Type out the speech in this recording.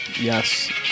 Yes